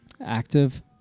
active